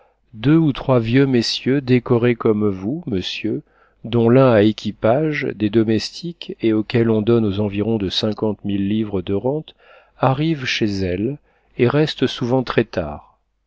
deux ou trois vieux messieurs décorés comme vous monsieur dont l'un a équipage des domestiques et auquel on donne aux environs de cinquante mille livres de rente arrivent chez elles et restent souvent très-tard